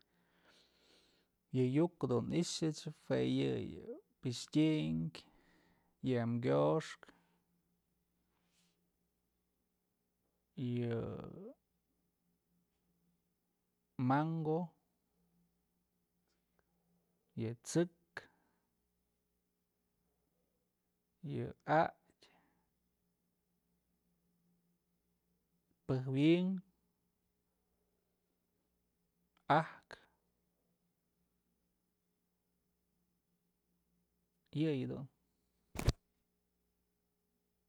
Yë yu'uk dun i'ixëch jue yë yë pixtyënk yë amkyoxkë yë mango, yë t'sek, yë atyë, pëjwi'ink, ajkë, yëyë dun.